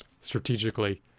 strategically